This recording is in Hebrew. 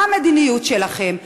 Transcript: מה המדיניות שלכם?